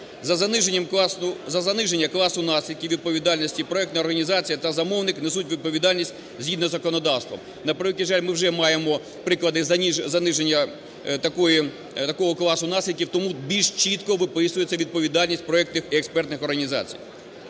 "За заниження класу наслідків (відповідальності) проектна організація та замовник несуть відповідальність згідно із законодавством". На превеликий жаль, ми вже маємо приклади заниження такого класу наслідків, тому більш чітко виписується відповідальність проектних і експертних організацій.